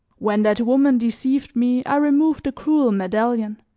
when that woman deceived me i removed the cruel medallion.